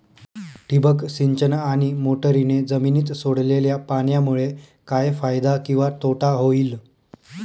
ठिबक सिंचन आणि मोटरीने जमिनीत सोडलेल्या पाण्यामुळे काय फायदा किंवा तोटा होईल?